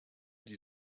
die